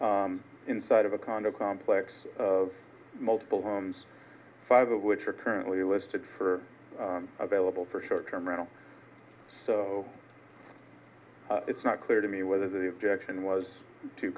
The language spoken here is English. here inside of a condo complex of multiple homes five of which are currently listed for available for short term rental it's not clear to me whether the objection was to